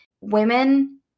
Women